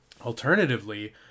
alternatively